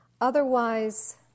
Otherwise